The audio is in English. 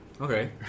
Okay